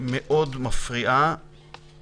היא